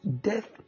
death